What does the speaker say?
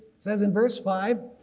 it says in verse five,